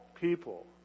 people